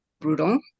brutal